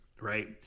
right